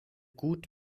gut